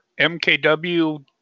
MKW-